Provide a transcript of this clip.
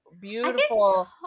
beautiful